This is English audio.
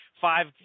five